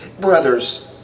brothers